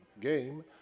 game